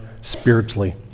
Spiritually